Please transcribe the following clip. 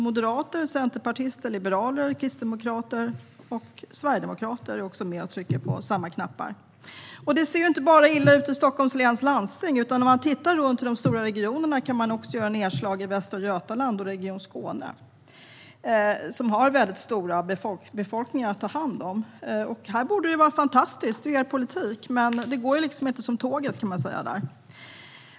Moderater, centerpartister, liberaler, kristdemokrater och sverigedemokrater trycker på samma knappar. Det är inte bara i Stockholms läns landsting det ser illa ut. Låt oss titta runt i de stora regionerna. Vi kan göra nedslag i Västra Götaland och Region Skåne. De har stora befolkningar att ta hand om. Här borde det vara fantastiskt tack vare er politik, men det går inte som tåget där.